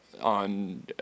on